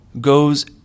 goes